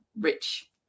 rich